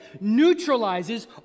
neutralizes